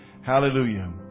Hallelujah